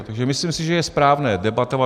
Takže myslím si, že je správné o tom debatovat.